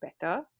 better